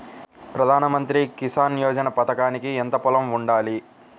ప్రధాన మంత్రి కిసాన్ యోజన పథకానికి ఎంత పొలం ఉండాలి?